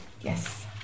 Yes